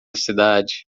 cidade